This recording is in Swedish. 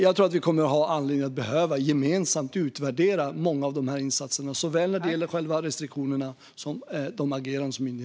Jag tror att vi kommer att få anledning att gemensamt utreda många av insatserna. Det gäller såväl själva restriktionerna som de sätt på vilka myndigheter har agerat.